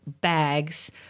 bags